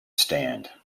stand